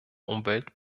umwelt